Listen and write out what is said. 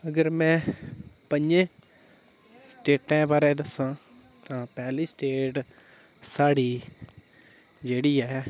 अगर में पंजें स्टेटें बारे च दस्सां तां पैह्ली स्टेट साढ़ी जेह्ड़ी ऐ